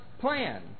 plan